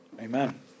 Amen